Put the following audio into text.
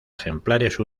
ejemplares